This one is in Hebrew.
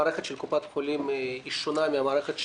נאלצנו במספר חודשים ובעלות